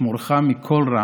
ישמָרך מכל רע